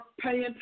paying